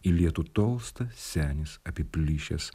į lietų tolsta senis apiplyšęs